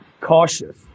cautious